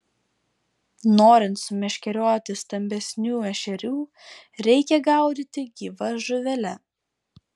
norint sumeškerioti stambesnių ešerių reikia gaudyti gyva žuvele